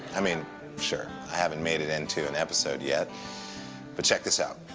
i mean sure, i haven't made it into an episode yet but check this out,